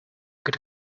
could